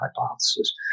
hypothesis